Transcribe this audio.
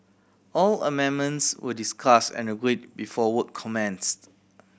all amendments were discuss and agreed before work commenced